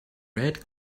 red